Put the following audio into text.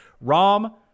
Rom